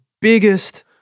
biggest